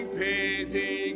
pity